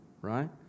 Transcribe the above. right